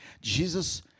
Jesus